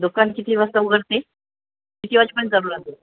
दुकान किती वाजता उघडते किती वाजेपर्यंत चालू राहते